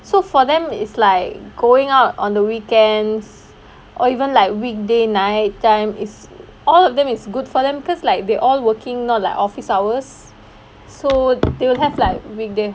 so for them is like going out on the weekends or even like weekday night time is all of them is good for them because like they all working not like office hours so they will have like weekday